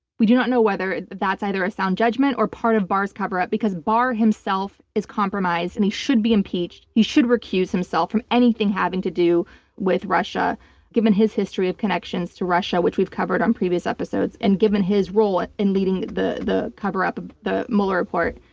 we do not know whether that's either a sound judgment or part of barr's cover-up because barr himself is compromised and he should be impeached, he should recuse himself from anything having to do with russia given his history of connections to russia which we've covered on previous episodes and given his role in leading the the cover-up the mueller report.